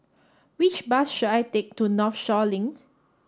which bus should I take to Northshore Link